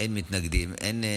אתה רוצה לסכם או שאין צורך?